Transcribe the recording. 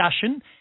discussion